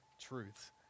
truths